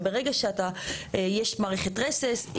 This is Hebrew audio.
יש מערכת רסס.